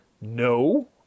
no